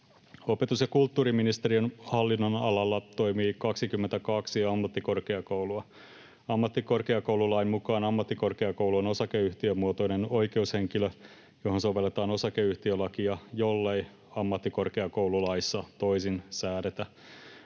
Opetus- ja kulttuuriministeriön hallinnonalalla toimii 22 ammattikorkeakoulua. Ammattikorkeakoululain mukaan ammattikorkeakoulu on osakeyhtiömuotoinen oikeushenkilö, johon sovelletaan osakeyhtiölakia, jollei ammattikorkeakoululaissa toisin säädetä.